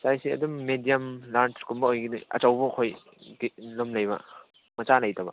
ꯁꯥꯏꯖꯁꯦ ꯑꯗꯨꯝ medium large ꯀꯨꯝꯕ ꯑꯣꯏꯒꯅꯤ ꯑꯆꯧꯕ ꯃꯈꯩ ꯂꯨꯝꯃꯦꯕ ꯃꯆꯥ ꯂꯩꯇꯕ